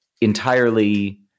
entirely